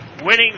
winning